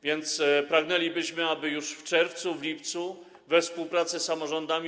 Więc pragnęlibyśmy, aby już w czerwcu, lipcu we współpracy z samorządami.